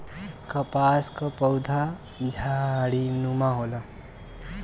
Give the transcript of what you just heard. कपास क पउधा झाड़ीनुमा होला